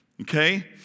okay